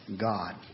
God